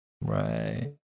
Right